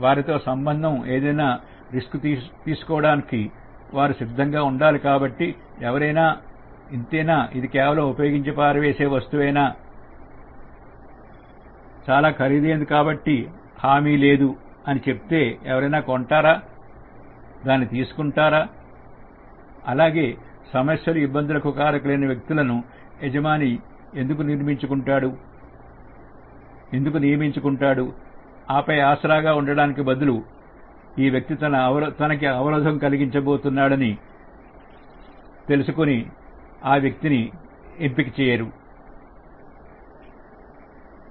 వారితో సంబంధం ఏదైనా రిస్కు తీసుకోవడానికి వారు సిద్ధంగా ఉండాలి కాబట్టి ఎవరైనా ఇంతేనా ఇది కేవలం ఉపయోగించి పారవేసే వస్తువా కానీ చాలా ఖరీదైనది కాబట్టి లేదు హామీ లేదు అని చెప్తే ఎవరైనా కొట్టారాఎవరైనా దాన్ని తీసుకుంటారా అలాగే సమస్యలు ఇబ్బందులకు కారకులైన వ్యక్తులను యజమాని ఎందుకు నిర్మించుకుంటాడు ఆపై ఆసరాగా ఉండటానికి బదులుగా ఈ వ్యక్తి తనకి అవరోధం కలిగించే బోతున్నాడు కాబట్టి ఎందుకు ఎంపిక చేయడం అని అనుకుంటారు